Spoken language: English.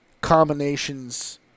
combinations